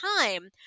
time